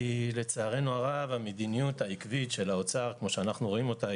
לצערנו הרב המדיניות העקבית של האוצר כמו שאנחנו רואים אותה,